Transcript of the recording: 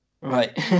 Right